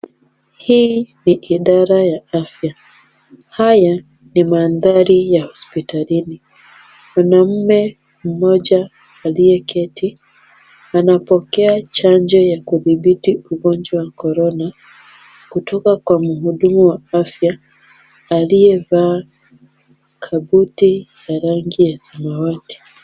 Hii ni idara ya afya. Haya ni mandhari ya hospitalini. Mwanaume mmoja aliyeketi anapokea chanjo ya kudhibiti ugonjwa wa korona kutoka kwa mhudumu wa afya aliyevaa kabuti ya rangi ya samawati.